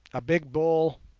a big bull,